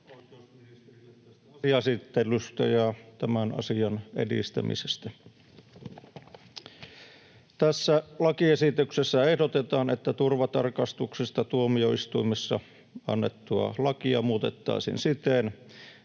Tässä lakiesityksessä ehdotetaan, että turvatarkastuksista tuomioistuimessa annettua lakia muutettaisiin siten,